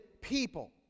people